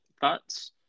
thoughts